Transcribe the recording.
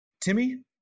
Timmy